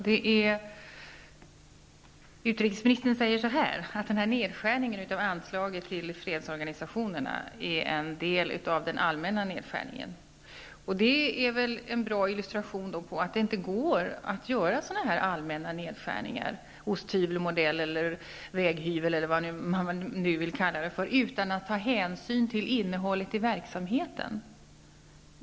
Herr talman! Utrikesministern sade att nedskärningen av anslaget till fredsorganisationerna är en del av den allmänna nedskärningen. Det är då en bra illustration till att det inte går att göra sådana här allmänna nedskärningar av typ osthyvel eller väghyvel utan att man tar hänsyn till innehållet i verksamheten.